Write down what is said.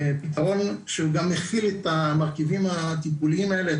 הפתרון הוא גם מכיל את המרכיבים הטיפוליים האלה,